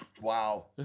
Wow